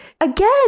again